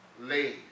lay